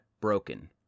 broken